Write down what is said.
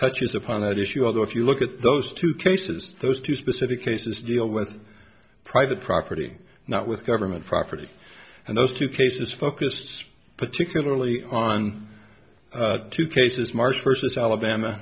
touches upon that issue although if you look at those two cases those two specific cases deal with private property not with government property and those two cases focused particularly on two cases marsh versus alabama